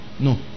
no